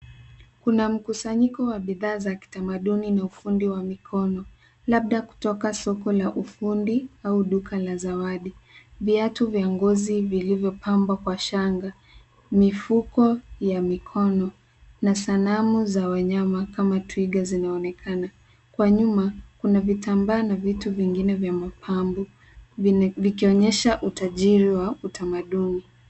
Kuna mkusanyiko wa bidhaa za kitamaduni na ufundi wa mikono, labda kutoka soko la ufundi au duka la zawadi. Viatu vya ngozi vilivyopangwa kwa shanga, mifuko ya mikono, na sanamu za wanyama kama twiga zinaonekana. Kwa nyuma, kuna vitambaa na vitu vingine vya mapambo vikionyesha utajiri wa utamaduni.